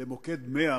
למוקד 100,